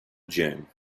dune